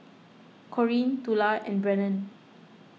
Corinne Tula and Brennen